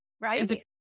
right